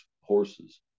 horses